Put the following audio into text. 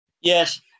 Yes